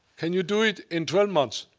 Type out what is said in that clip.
can you do it in twelve months?